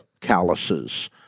calluses